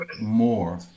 more